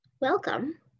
welcome